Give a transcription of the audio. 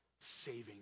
saving